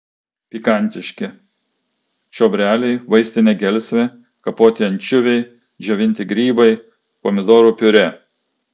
pikantiški čiobreliai vaistinė gelsvė kapoti ančiuviai džiovinti grybai pomidorų piurė